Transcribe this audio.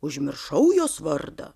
užmiršau jos vardą